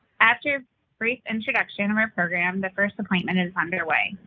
after brief introduction of our program, the first appointment is underway.